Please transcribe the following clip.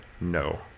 no